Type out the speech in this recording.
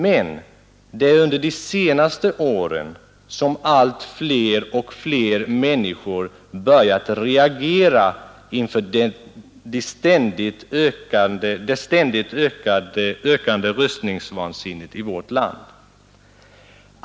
Men under de senaste åren har allt fler människor börjat reagera inför det ständigt ökande rustningsvansinnet i vårt land.